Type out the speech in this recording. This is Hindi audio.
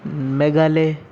मेघालय